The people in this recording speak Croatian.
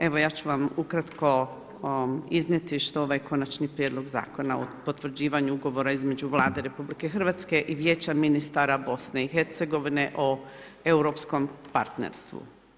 Evo ja ću vam ukratko iznijeti što ovaj Konačni prijedlog Zakona o potvrđivanju ugovora između Vlade RH i Vijeća ministara BiH o europskom partnerstvu.